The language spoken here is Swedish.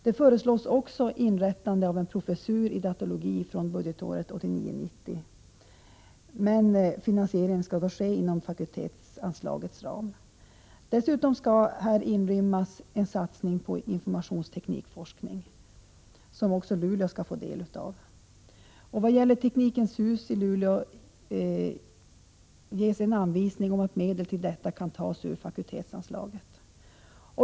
Där föreslås också inrättande av en professur i datalogi från budgetåret 1989/90, men finansieringen av denna skall ske inom fakultetsanslagets ram. Dessutom skall här inrymmas en satsning på informationsteknisk forskning som också Luleå skall få del av. Vad gäller Teknikens hus i Luleå ges i forskningspropositionen en anvisning om att medel till detta skall tas ur fakultetsanslaget.